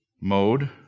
mode